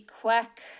quack